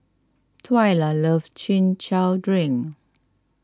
Twyla loves Chin Chow Drink